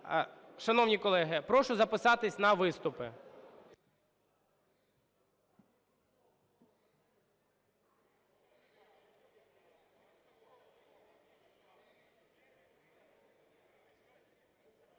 Шановні колеги, прошу записатись на виступи.